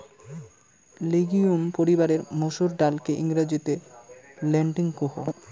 legume পরিবারের মসুর ডালকে ইংরেজিতে লেন্টিল কুহ